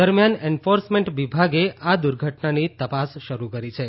દરમિયાન એન્ફોર્સમેન્ટ વિભાગે આ દુર્ઘટનાની તપાસ શરૃ કરી છે